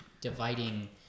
dividing